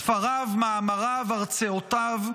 ספריו, מאמריו, הרצאותיו,